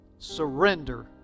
Surrender